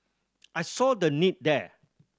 I saw the need there